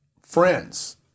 friends